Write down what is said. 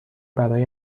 برای